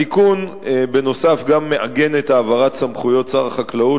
התיקון גם מעגן את העברת סמכויות שר החקלאות